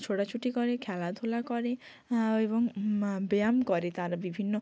ছোটাছুটি করে খেলাধূলা করে এবং ব্যায়াম করে তারা বিভিন্ন